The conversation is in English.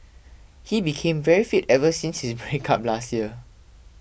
he became very fit ever since his breakup last year